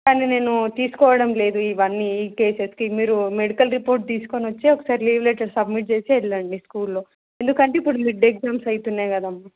కానీ నేను తీసుకోవడం లేదు ఇవన్నీ ఈ కేసెస్కి మీరు మెడికల్ రిపోర్ట్ తీసుకొని వచ్చి ఒకసారి లీవ్ లీటర్ సబ్మిట్ చేసి వెళ్ళండి స్కూల్లో ఎందుకంటే ఇప్పుడు మిడ్ ఎగ్జామ్స్ అవుతున్నాయి కదమ్మ